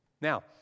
Now